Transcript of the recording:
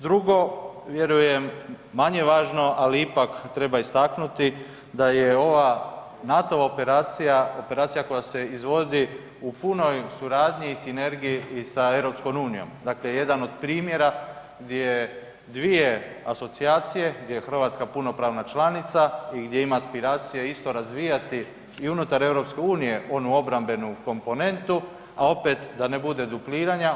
Drugo, vjerujem manje važno, ali ipak treba istaknuti da je ova NATO-va operacija operacija koja se izvodi u punoj suradnji i sinergiji i sa EU, dakle jedan od primjera gdje je, dvije asocijacije, gdje je RH punopravna članica i gdje ima aspiracije isto razvijati i unutar EU onu obrambenu komponentu, a opet da ne bude dupliranja.